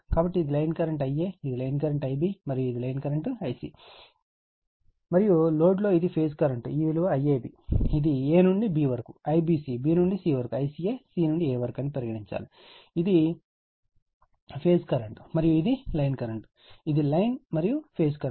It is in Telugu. కాబట్టి ఇది లైన్ కరెంట్ Iaఇది లైన్ కరెంట్ Ib మరియు ఇది లైన్ కరెంట్ Ic మరియు లోడ్ లో ఇది ఫేజ్ కరెంట్ ఈ విలువ IAB ఇది A నుండి B వరకు IBC B నుండి C వరకు మరియు ICA C నుండి A వరకు అని పరిగణించండి ఇది ఫేజ్ కరెంట్ మరియు ఇది లైన్ కరెంట్ ఇది లైన్ మరియు ఫేజ్ కరెంట్